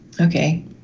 Okay